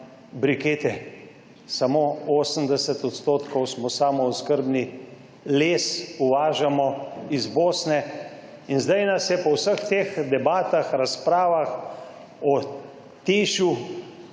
brikete. Samo 80 odstotkov smo samooskrbni. Les uvažamo iz Bosne. In zdaj nas je po vseh teh debatah razpravah o TEŠ